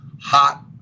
hot